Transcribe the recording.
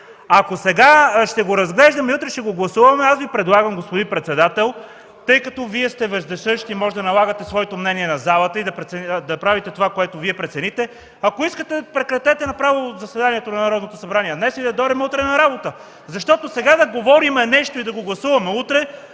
Ако ще го разглеждаме сега, а утре ще го гласуваме, аз Ви предлагам, господин председател, тъй като Вие сте вездесъщ и можете да налагате своето мнение на залата и да правите това, което Вие прецените, ако искате, направо прекратете заседанието на Народното събрание днес и да дойдем утре на работа. Защото сега да говорим нещо, а да го гласуваме утре,